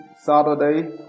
Saturday